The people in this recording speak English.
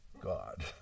god